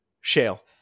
Shale